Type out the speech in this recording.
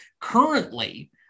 currently